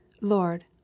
Lord